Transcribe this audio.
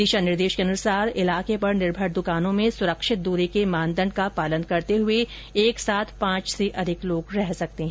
दिशा निर्देश के अनुसार इलाके पर निर्भर दुकानों में सुरक्षित दूरी के मानदंड का पालन करते हुए एक साथ पांच से अधिक लोग रह सकते हैं